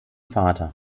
vater